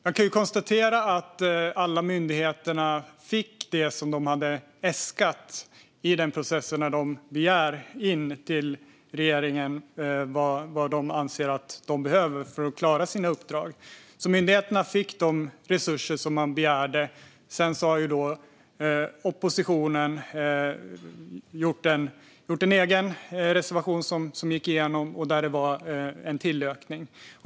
Man kan konstatera att alla myndigheter fick det som de hade äskat i processen, när de talade om för regeringen vad de ansåg att de behövde för att klara sina uppdrag. Myndigheterna fick alltså de resurser som de begärde. Sedan har oppositionen gjort en egen reservation, som gick igenom, och där var det en ökning.